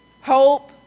hope